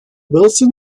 wilson